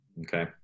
Okay